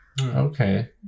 okay